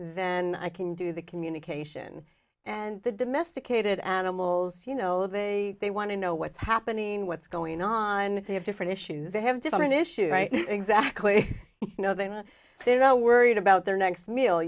then i can do the communication and the domesticated animals you know they they want to know what's happening what's going on they have different issues they have different issues right exactly you know they're not they're not worried about their next meal